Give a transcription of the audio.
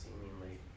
seemingly